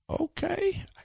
okay